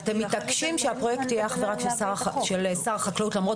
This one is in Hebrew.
אתם מתעקשים שהפרויקט יהיה אך ורק של שר החקלאות למרות